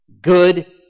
Good